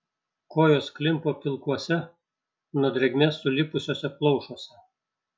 kojos klimpo pilkuose nuo drėgmės sulipusiuose plaušuose